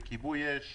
בכיבוי אש,